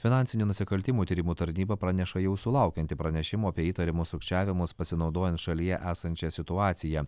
finansinių nusikaltimų tyrimų tarnyba praneša jau sulaukianti pranešimų apie įtariamus sukčiavimus pasinaudojant šalyje esančia situacija